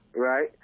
Right